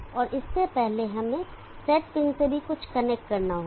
और इससे पहले हमें सेट पिन से भी कुछ कनेक्ट करना होगा